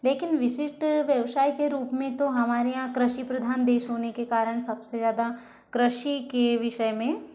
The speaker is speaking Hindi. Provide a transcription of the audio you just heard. लेकिन विशिष्ट व्यवसाय के रूप में तो हमारे यहाँ कृषि प्रधान देश होने के कारण सबसे ज़्यादा कृषि के विषय में